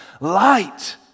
Light